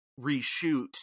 reshoot